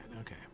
okay